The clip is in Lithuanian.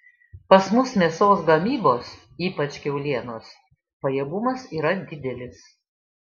pas mus mėsos gamybos ypač kiaulienos pajėgumas yra didelis